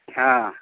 ହଁ